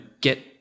get